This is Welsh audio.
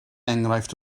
enghraifft